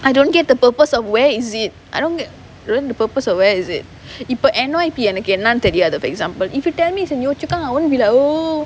I don't get the purpose of where is it I don't get the purpose of where is it இப்ப:ippa N_Y_P எனக்கு என்னான்னு தெரியாது:enakku ennaannu theriyaathu for example if you tell me it's in yio chu kang I won't be like oh